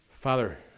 Father